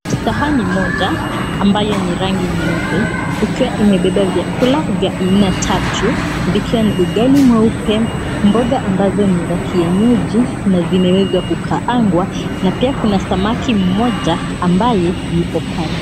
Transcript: Sahani moja ambayo ni rangi nyeupe ikiwa imebeba vyakula vya aina tatu vikiwa ni ugali mweupe, mboga ambazo ni za kienyeji na zimewezwa kukaangwa na pia kuna samaki mmoja ambaye yuko pale.